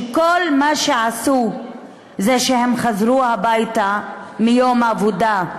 שכל מה שעשו זה שהם חזרו הביתה מיום עבודה,